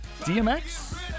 DMX